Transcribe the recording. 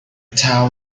town